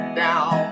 down